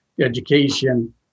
education